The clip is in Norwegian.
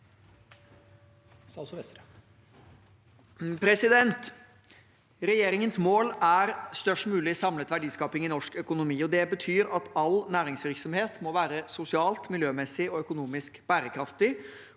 Regjerin- gens mål er størst mulig samlet verdiskaping i norsk økonomi. Det betyr at all næringsvirksomhet må være sosialt, miljømessig og økonomisk bærekraftig